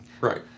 Right